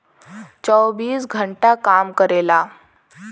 चौबीस घंटा काम करेला